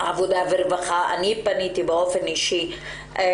אני פניתי באופן אישי לשר העבודה והרווחה